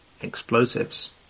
explosives